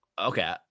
Okay